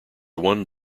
one